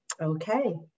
Okay